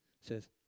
says